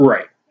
Right